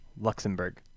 luxembourg